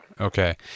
Okay